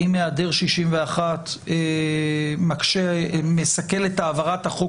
האם היעדר 61 מקשה או מסכל את העברת החוק